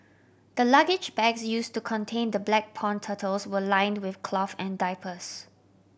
the luggage bags use to contain the black pond turtles were lined with cloth and diapers